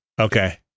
Okay